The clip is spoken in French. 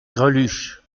greluche